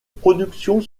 productions